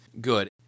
good